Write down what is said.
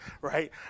right